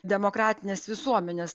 demokratines visuomenes